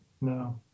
No